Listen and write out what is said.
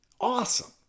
Awesome